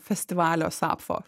festivalio sapfo